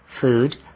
food